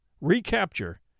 recapture